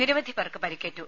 നിരവധി പേർക്ക് പരിക്കേറ്റു